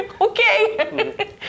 Okay